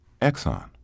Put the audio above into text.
Exxon